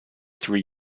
three